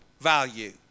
value